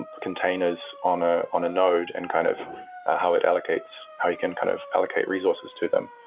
and containers on ah on a node and kind of how it allocates, how you can kind of allocate resources to them.